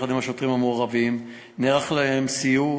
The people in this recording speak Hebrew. ויחד עם השוטרים המעורבים נערך להם סיור